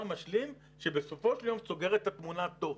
משלים שבסופו של יום סוגר את התמונה טוב.